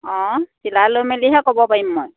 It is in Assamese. অঁ চিলাই লৈ মেলিহে ক'ব পাৰিম মই